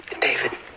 David